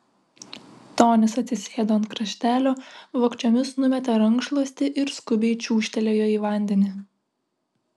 tonis atsisėdo ant kraštelio vogčiomis numetė rankšluostį ir skubiai čiūžtelėjo į vandenį